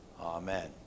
Amen